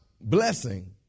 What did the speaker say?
blessing